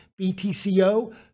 BTCO